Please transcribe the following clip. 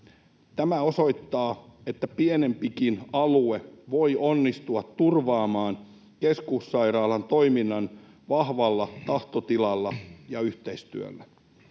Tämä osoittaa, että pienempikin alue voi onnistua turvaamaan keskussairaalan toiminnan vahvalla tahtotilalla ja yhteistyöllä.